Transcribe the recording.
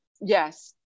Yes